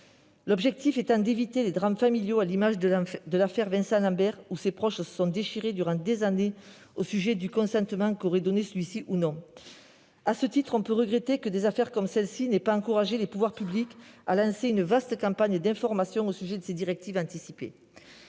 L'objectif était d'éviter les drames familiaux, comme dans l'affaire Vincent Lambert, dont les proches se sont déchirés durant des années au sujet du consentement qu'aurait ou non donné celui-ci. À cet égard, on peut regretter que des affaires comme celle-ci n'aient pas incité les pouvoirs publics à lancer une vaste campagne d'information au sujet des directives anticipées.